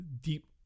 deep